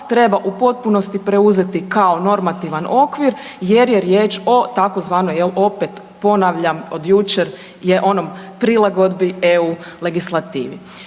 treba u potpunosti preuzeti kao normativan okvir jer je riječ o tzv. opet ponavljam od jučer je onom prilagodbi eu legislativi.